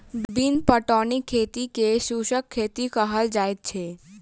बिन पटौनीक खेती के शुष्क खेती कहल जाइत छै